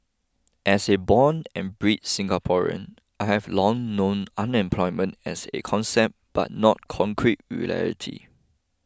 as a born and bred Singaporean I have long known unemployment as a concept but not concrete reality